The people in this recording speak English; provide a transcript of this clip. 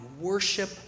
worship